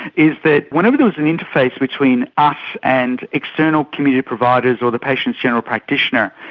is that whenever there was an interface between us and external community providers or the patient's general practitioner,